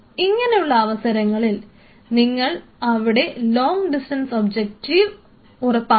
ഇങ്ങനെയുള്ള അവസരങ്ങളിൽ നിങ്ങൾ അവിടെ ലോങ്ങ് ഡിസ്റ്റൻസ് ഒബ്ജക്റ്റീവ് ഉറപ്പാക്കണം